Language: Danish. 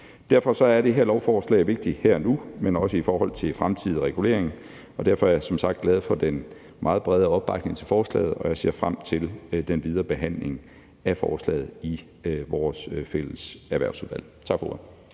Derfor er det her lovforslag vigtigt her og nu, men også i forhold til fremtidig regulering, og derfor er jeg som sagt glad for den meget brede opbakning til forslaget, og jeg ser frem til den videre behandling af forslaget i vores fælles Erhvervsudvalg. Tak for ordet.